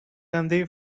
gandhi